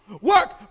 work